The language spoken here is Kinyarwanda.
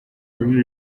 muri